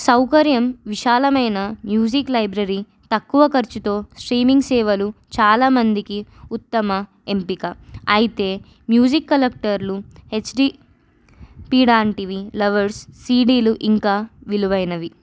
సౌకర్యం విశాలమైన music library తక్కువ ఖర్చుతో స్ట్రీమింగ్ సేవలు చాలామందికి ఉత్తమ ఎంపిక అయితే మ్యూజిక్ కలెక్టర్లు హెచ్డి పడాంటివి లవర్స్ సిడీలు ఇంకా విలువైనవి